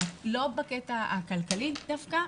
לא בקטע הכלכלי דווקא,